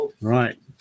right